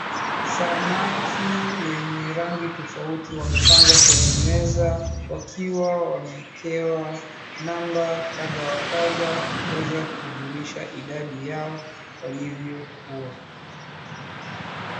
Samaki wenye rangi tofauti wamepangwa kwenye meza wakiwa wameekewa namba kadha wa kadha kuweza kujulisha idadi yao walivyokuwa.